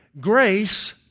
grace